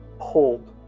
pulled